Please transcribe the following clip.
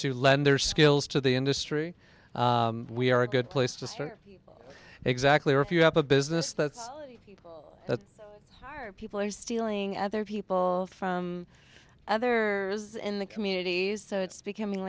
to lend their skills to the industry we are a good place to start exactly or if you have a business that's that people are stealing other people from other is in the communities so it's becoming